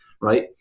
right